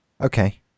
Okay